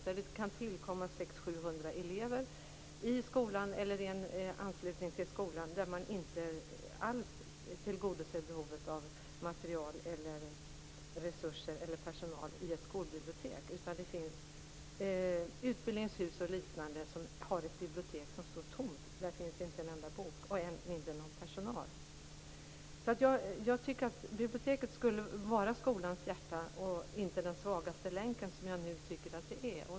Där kan det tillkomma 600 700 elever i skolan eller i anslutning till skolan, och där tillgodoser man inte alls behovet av material, resurser eller personal i ett skolbibliotek. Det finns utbildningshus och liknande som har ett bibliotek som står tomt. Där finns inte en enda bok och än mindre någon personal. Biblioteket borde vara skolans hjärta och inte den svagaste länken, som jag nu tycker att det är.